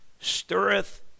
stirreth